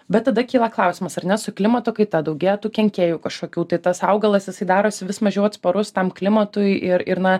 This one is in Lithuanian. bet tada kyla klausimas ar ne su klimato kaita daugėtų kenkėjų kažkokių tai tas augalas jisai darosi vis mažiau atsparus tam klimatui ir ir na